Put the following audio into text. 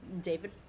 David